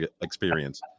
experience